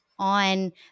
on